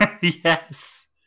Yes